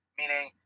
meaning